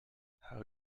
how